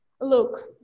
look